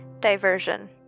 diversion